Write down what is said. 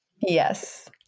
Yes